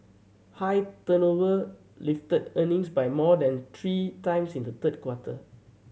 higher turnover lifted earnings by more than three times in the third quarter